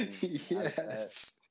Yes